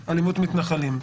"אלימות מתנחלים".